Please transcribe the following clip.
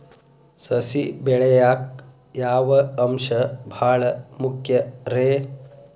ಸಸಿ ಬೆಳೆಯಾಕ್ ಯಾವ ಅಂಶ ಭಾಳ ಮುಖ್ಯ ರೇ?